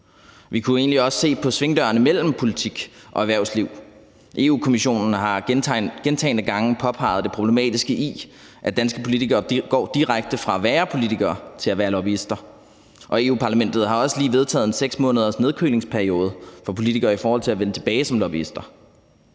Vi kunne egentlig også se på svingdørene mellem politik og erhvervsliv. Europa-Kommissionen har gentagne gange påpeget det problematiske i, at danske politikere går direkte fra at være politikere til at være lobbyister. Og Europa-Parlamentet har også lige vedtaget en 6-månedersnedkølingsperiode for politikere i forhold til at vende tilbage som lobbyister.